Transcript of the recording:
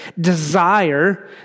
Desire